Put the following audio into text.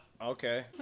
Okay